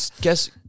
Guess